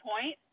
point